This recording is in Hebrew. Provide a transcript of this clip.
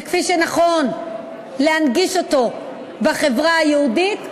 וכפי שנכון להנגיש אותו בחברה היהודית,